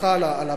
סליחה על הביטוי,